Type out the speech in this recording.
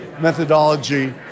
methodology